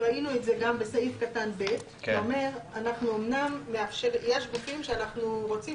ראינו את זה גם בסעיף קטן(ב) שאומר: יש גופים שאנחנו רוצים